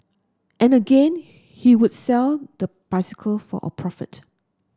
and again he would sell the bicycle for a profit